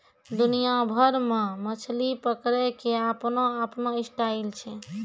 दुनिया भर मॅ मछली पकड़ै के आपनो आपनो स्टाइल छै